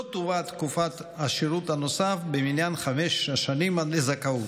לא תובא תקופת השירות הנוסף במניין חמש השנים לזכאות,